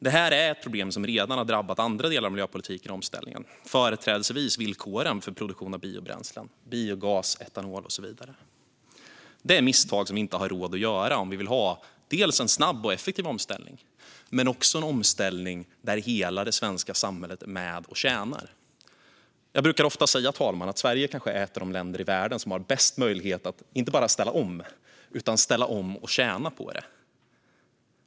Det här är ett problem som redan har drabbat andra delar av miljöpolitiken och omställningen, företrädesvis villkoren för produktion av biobränslen - biogas, etanol och så vidare. Det är misstag som vi inte har råd att göra om vi vill ha en snabb och effektiv omställning där hela det svenska samhället är med och tjänar. Fru talman! Jag brukar ofta säga att Sverige kanske är ett av de länder i världen som har bäst möjlighet att inte bara ställa om utan också tjäna på det.